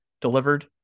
delivered